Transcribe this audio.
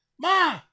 Ma